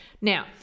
Now